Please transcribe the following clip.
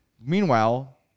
Meanwhile